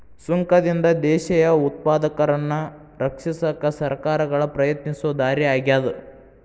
ಸುಂಕದಿಂದ ದೇಶೇಯ ಉತ್ಪಾದಕರನ್ನ ರಕ್ಷಿಸಕ ಸರ್ಕಾರಗಳ ಪ್ರಯತ್ನಿಸೊ ದಾರಿ ಆಗ್ಯಾದ